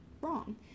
wrong